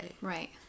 Right